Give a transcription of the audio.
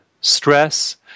stress